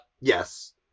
Yes